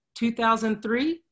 2003